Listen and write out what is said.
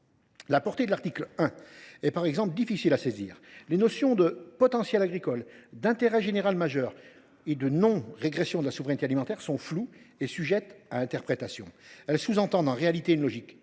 La portée de l’article 1 est par exemple difficile à saisir. Les notions de « potentiel agricole », d’« intérêt général majeur » et de « non régression de la souveraineté alimentaire » sont floues et sujettes à interprétation. Elles sous entendent en réalité une logique